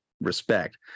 respect